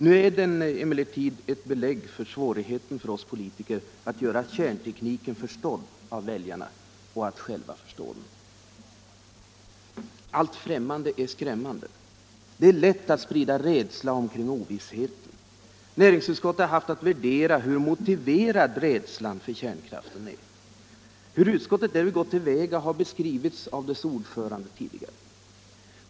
Nu är den emellertid ett belägg på svårigheten för oss politiker att göra kärntekniken förstådd av väljarna och att själva förstå den. Allt främmande är skrämmande. Det är lätt att sprida rädsla omkring ovissheten. Näringsutskottet har haft att värdera hur motiverad rädslan för kärnkraften är. Hur utskottet därvid har gått till väga har beskrivits av dess ordförande tidigare.